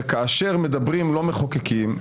וכאשר מדברים לא מחוקקים,